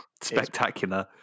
spectacular